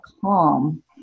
calm